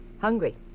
hungry